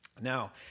Now